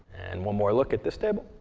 and one more look at this table.